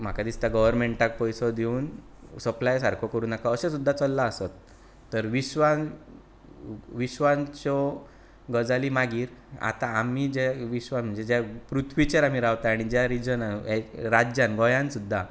म्हाका दिसता गव्हरमेंटाक पयसो दिवन सप्लाय सारको करूनाका अशें सुद्दां चल्लां आसत तर विस्वान विस्वानच्यो गजाली मागीर आतां आमी जे विस्वान म्हणजे पृथ्वाचेर आमी रावता आनी ज्या रिजनान राज्यांत गोंयान सुद्दां